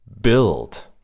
Build